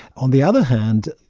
on the other hand,